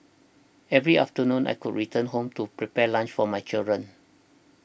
every afternoon I could return home to prepare lunch for my children